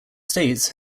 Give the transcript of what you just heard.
states